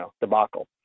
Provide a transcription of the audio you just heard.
debacle